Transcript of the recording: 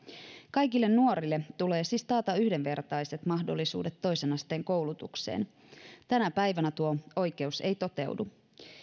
kaikille nuorille tulee siis taata yhdenvertaiset mahdollisuudet toisen asteen koulutukseen tänä päivänä tuo oikeus ei toteudu